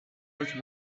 was